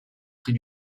près